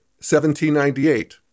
1798